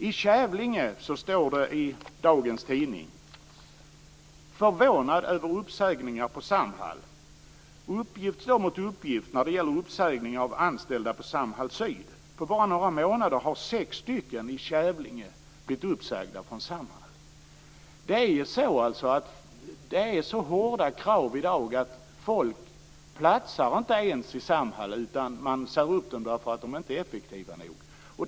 I Kävlinge står det i dagens tidning: Förvånad över uppsägningar på Samhall. Uppgift står mot uppgift när det gäller uppsägningar av anställda på Samhall syd. På bara några månader har sex stycken i Kävlinge blivit uppsagda från Samhall. Det är så hårda krav i dag att folk inte ens platsar i Samhall, utan man säger upp dem därför att de inte är effektiva nog.